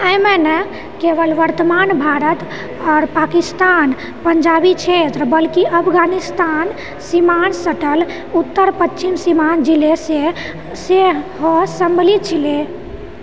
एहिमे ने केवल वर्तमान भारत आओर पाकिस्तान पञ्जाबी क्षेत्र बल्कि अफगानिस्तान सीमासँ सटल उत्तर पश्चिम सीमान्त जिला सेहो सम्मलित छल